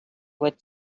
would